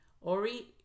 ori